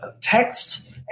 text